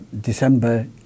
December